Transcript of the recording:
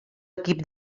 equip